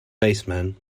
baseman